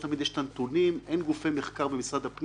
אנחנו פותחים את ישיבת הוועדה בנושא: הצעת חוק-יסוד: